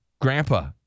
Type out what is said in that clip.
Grandpa